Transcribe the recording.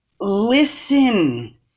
listen